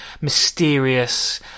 mysterious